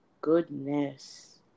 goodness